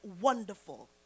Wonderful